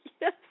Yes